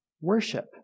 worship